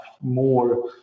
more